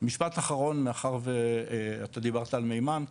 משפט אחרון מאחר ואתה דיברת על מימן כמדומני,